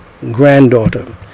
granddaughter